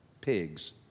pigs